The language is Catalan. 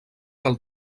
del